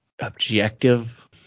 objective